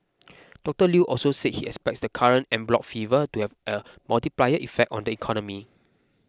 Doctor Lew also said he expects the current en bloc fever to have a multiplier effect on the economy